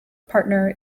partner